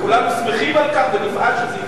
כולנו שמחים על כך ונפעל שזה יימשך.